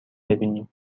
بیینیم